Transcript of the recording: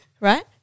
Right